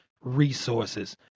resources